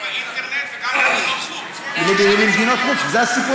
רק באינטרנט, וגם למדינות חוץ.